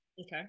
Okay